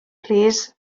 plîs